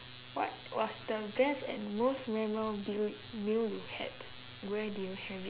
what was the best and most memorable meal you had and where did you have it